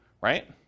right